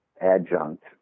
adjunct